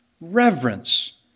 reverence